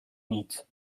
nic